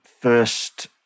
first